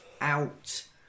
out